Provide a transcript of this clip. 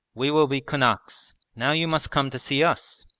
we will be kunaks. now you must come to see us.